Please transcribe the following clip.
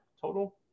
total